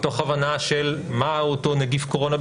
מתוך הבנה מה אותו נגיף קורונה,